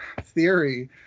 theory